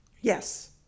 Yes